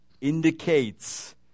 indicates